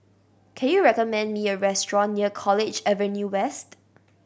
can you recommend me a restaurant near College Avenue West